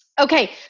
Okay